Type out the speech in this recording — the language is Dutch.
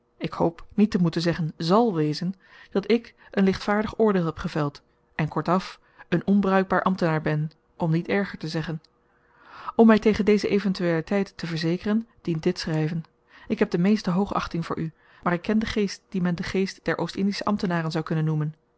wezen ik hoop niet te moeten zeggen zal wezen dat ik een lichtvaardig oordeel heb geveld en kortaf een onbruikbaar ambtenaar ben om niet erger te zeggen om my tegen deze eventualiteit te verzekeren dient dit schryven ik heb de meeste hoogachting voor u maar ik ken den geest dien men de geest der oost-indische ambtenaren zou kunnen noemen